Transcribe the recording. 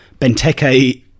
Benteke